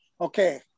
okay